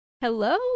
Hello